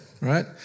Right